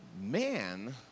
man